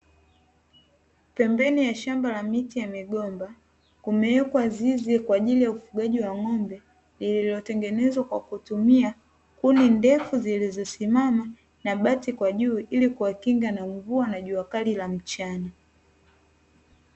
Pembeni ya shamba la miti ya migomba kumewekwa zizi kwa ajili ya ufugaji wa ng'ombe lililotengenezwa kwa kutumia kuni ndefu zilizosimama na bati kwa juu ili kuwakinga na mvua na jua kali la mchana.